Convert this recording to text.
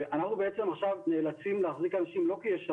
ואנחנו בעצם עכשיו נאלצים להחזיק אנשים לא כי יש עבודה,